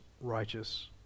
righteous